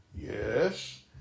yes